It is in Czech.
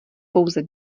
pouze